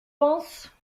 penses